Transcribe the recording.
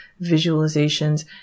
visualizations